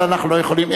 אבל אנחנו לא יכולים,